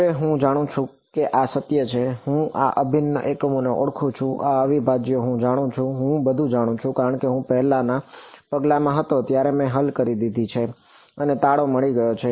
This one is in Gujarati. હવે હું જાણું છું કે આ સત્ય છે હું આ અભિન્ન એકમો ને ઓળખું છું આ અવિભાજ્યો હું જાણું છું હું બધું જાણું છું કારણ કે હું પહેલાના પગલામાં હતો ત્યારે મેં હલ કરી દીધી છે અને તાળો મળી ગયો છે